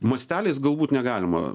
masteliais galbūt negalima